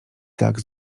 tak